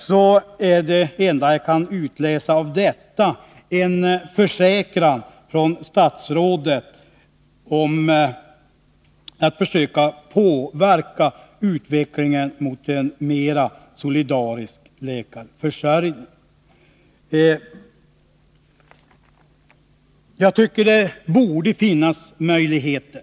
Det enda jag kan utläsa av svaret är statsrådets försäkran att försöka påverka utvecklingen mot en mera solidarisk läkarförsörjning. Jag tycker att det borde finnas sådana möjligheter.